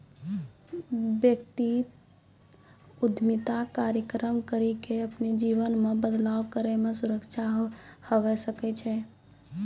व्यक्ति उद्यमिता कार्यक्रम करी के अपनो जीवन मे बदलाव करै मे सक्षम हवै सकै छै